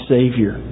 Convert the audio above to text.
Savior